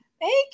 Thank